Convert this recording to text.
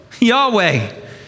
Yahweh